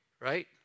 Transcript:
right